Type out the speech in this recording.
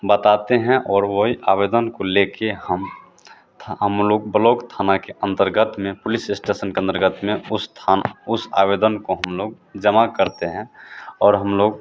बताते हैं और वही आवेदन को लेकर हम था हम लोग ब्लॉक थाना के अंतर्गत में पुलिस इस्टेसन के अंतर्गत में उस था उस आवेदन को हम लोग जमा करते हैं और हम लोग